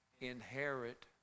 inherit